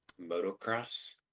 Motocross